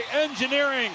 engineering